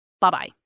Bye-bye